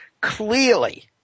clearly